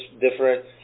different